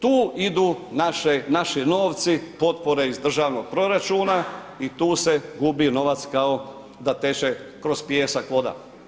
Tu idu naši novci, potpore iz državnog proračuna i tu se gubi novac kao da teče kroz pijesak voda.